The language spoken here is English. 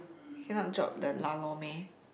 cannot drop the lah lor meh